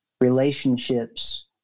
relationships